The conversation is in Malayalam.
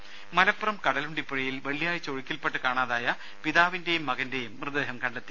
രുമ മലപ്പുറം കടലുണ്ടിപ്പുഴയിൽ വെള്ളിയാഴ്ച ഒഴുക്കിൽപെട്ട് കാണാതായ പിതാവിന്റെയും മകന്റെയും മൃതദേഹം കണ്ടെത്തി